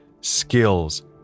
skills